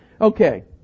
Okay